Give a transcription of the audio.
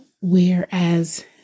Whereas